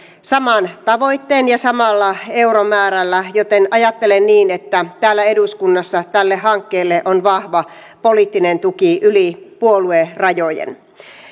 saman tavoitteen ja samalla euromäärällä joten ajattelen niin että täällä eduskunnassa tälle hankkeelle on vahva poliittinen tuki yli puoluerajojen